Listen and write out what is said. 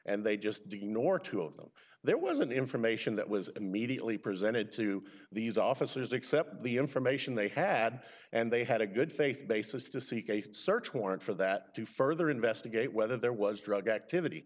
and they just didn't nor two of them there wasn't information that was immediately presented to these officers except the information they had and they had a good faith basis to seek a search warrant for that to further investigate whether there was drug activity